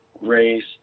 race